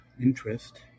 Interest